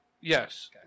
Yes